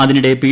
അതിനിടെ പി